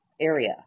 Area